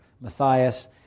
Matthias